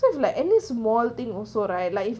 just like any small thing also right like